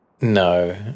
No